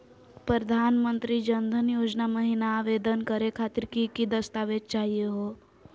प्रधानमंत्री जन धन योजना महिना आवेदन करे खातीर कि कि दस्तावेज चाहीयो हो?